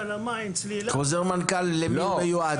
למים; צלילה --- למי חוזר המנכ"ל מיועד?